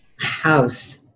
house